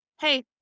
hey